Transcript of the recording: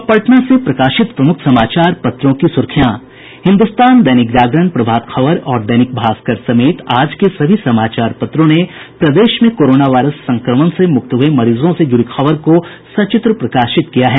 अब पटना से प्रकाशित प्रमुख समाचार पत्रों की सुर्खियां हिन्दुस्तान दैनिक जागरण प्रभात खबर और दैनिक भास्कर समेत आज के सभी समाचार पत्रों ने प्रदेश में कोरोना वायरस संक्रमण से मुक्त हुये मरीजों से जुड़ी खबर को सचित्र प्रकाशित किया है